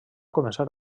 començar